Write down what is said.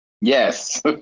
Yes